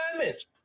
damage